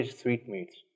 sweetmeats